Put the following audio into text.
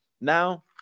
now